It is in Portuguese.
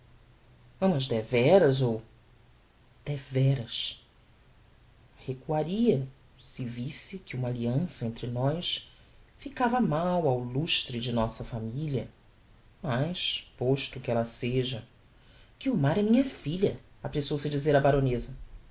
é amas deveras ou deveras recuaria se visse que uma alliança entre nós ficava mal ao lustre de nossa familia mas posto que ella seja guiomar é minha filha apressou-se a dizer a baroneza